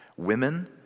Women